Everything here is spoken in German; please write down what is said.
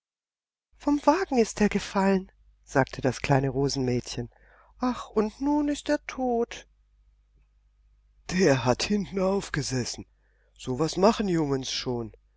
vom wagen ist er gefallen sagte das kleine rosenmädchen ach und nun ist er tot der hat hinten aufgesessen so was machen jungens schon